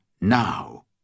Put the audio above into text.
now